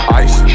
ice